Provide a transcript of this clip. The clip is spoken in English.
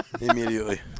Immediately